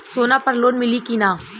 सोना पर लोन मिली की ना?